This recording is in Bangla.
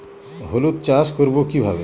হলুদ চাষ করব কিভাবে?